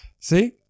See